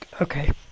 Okay